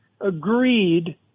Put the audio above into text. agreed